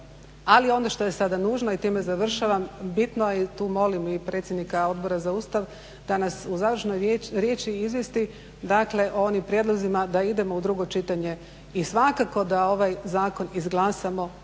Ali ono što je sada nužno, i time završavam, bitno je i tu molim predsjednika Odbora za Ustav da nas u završnoj riječi izvijesti dakle o onim prijedlozima da idemo u drugo čitanje i svakako da ovaj zakon izglasamo do 1.